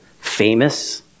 famous